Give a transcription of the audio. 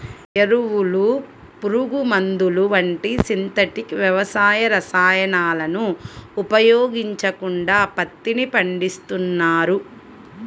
ఎరువులు, పురుగుమందులు వంటి సింథటిక్ వ్యవసాయ రసాయనాలను ఉపయోగించకుండా పత్తిని పండిస్తున్నారు